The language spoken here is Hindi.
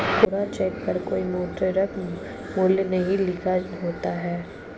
कोरा चेक पर कोई मौद्रिक मूल्य नहीं लिखा होता है